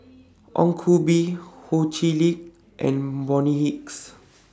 Ong Koh Bee Ho Chee Lick and Bonny Hicks